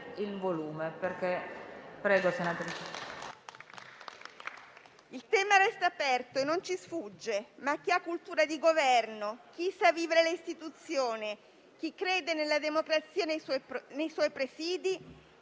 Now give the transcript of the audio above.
il tema resta aperto e non ci sfugge, ma chi ha cultura di governo, sa vivere le istituzioni e crede nella democrazia e nei suoi presidi